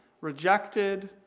rejected